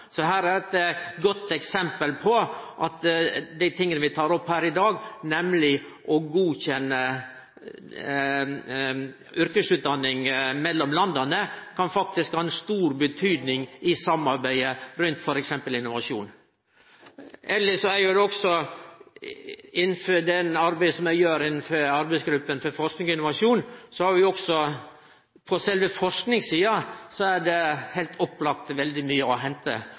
Her er eit godt eksempel på at det å godkjenne yrkesutdanning mellom land, som er blant dei tinga vi tek opp her i dag, faktisk kan ha stor betyding i samarbeidet rundt f.eks. innovasjon. Elles er det også innanfor det arbeidet vi gjer i arbeidsgruppa for forsking og innovasjon, heilt opplagt veldig mykje å hente på sjølve forskingssida. Det er